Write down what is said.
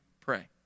pray